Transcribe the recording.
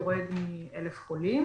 יורד מ-1,000 חולים.